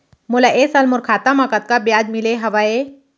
मोला ए साल मोर खाता म कतका ब्याज मिले हवये?